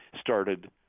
started